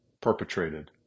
perpetrated